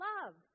Love